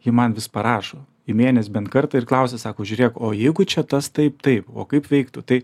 ji man vis parašo į mėnesį bent kartą ir klausia sako žiūrėk o jeigu čia tas taip taip o kaip veiktų tai